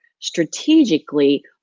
strategically